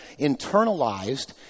internalized